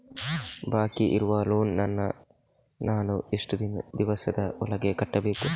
ಬಾಕಿ ಇರುವ ಲೋನ್ ನನ್ನ ನಾನು ಎಷ್ಟು ದಿವಸದ ಒಳಗೆ ಕಟ್ಟಬೇಕು?